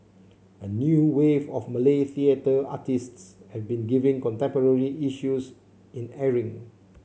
a new wave of Malay theatre artists have been giving contemporary issues in airing